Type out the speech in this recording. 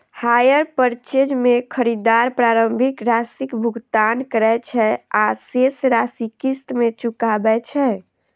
hire purchase मे खरीदार प्रारंभिक राशिक भुगतान करै छै आ शेष राशि किस्त मे चुकाबै छै